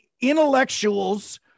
intellectuals